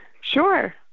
Sure